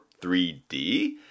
3d